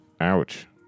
Ouch